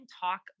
talk